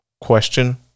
Question